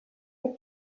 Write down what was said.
que